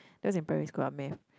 that was in primary school ah math